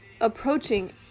approaching